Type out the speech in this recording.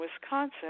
Wisconsin